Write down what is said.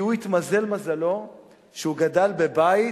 הוא, התמזל מזלו שהוא גדל בבית